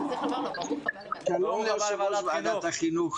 ברוך הבא לוועדת חינוך,